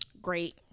Great